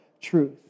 truth